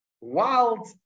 wild